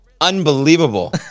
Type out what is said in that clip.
Unbelievable